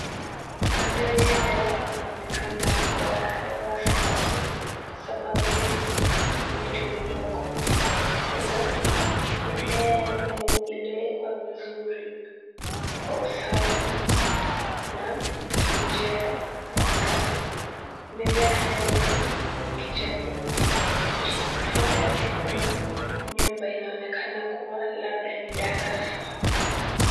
Mandhari haya yanaonekana kuwa ya hewa safi kwa sababu kuna mimea iiyowekwa vizuri na kwa usafi na njia ya kuonekana. Mimea hii ni ya kijani kimbichi. Kando yake kuna nyumba inayoonekana kuwa labda ni darasa.